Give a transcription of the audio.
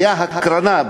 הייתה הקרנה.